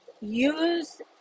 Use